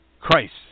Christ